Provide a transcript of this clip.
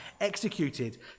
executed